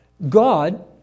God